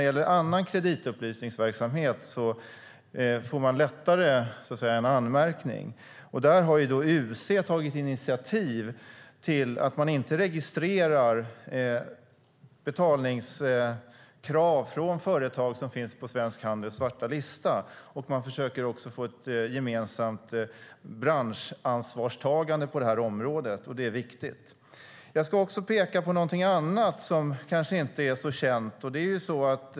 Men i annan kreditupplysningsverksamhet får man lättare en anmärkning. UC har tagit initiativ till att inte registrera betalningskrav från företag som finns på Svensk Handels svarta lista. Man försöker också få ett gemensamt branschansvarstagande på området, vilket är viktigt. Jag vill också peka på något annat som kanske inte är så känt.